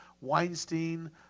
Weinstein